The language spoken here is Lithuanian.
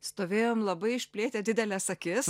stovėjom labai išplėtę dideles akis